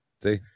see